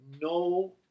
no